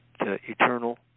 eternal